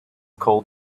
called